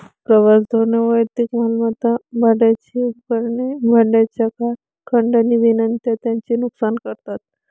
प्रवास धोरणे वैयक्तिक मालमत्ता, भाड्याची उपकरणे, भाड्याच्या कार, खंडणी विनंत्या यांचे नुकसान करतात